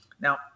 Now